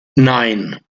nein